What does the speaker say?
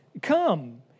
come